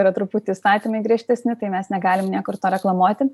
yra truputį įstatymai griežtesni tai mes negalim niekur to reklamuoti